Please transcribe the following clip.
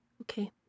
Okay